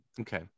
okay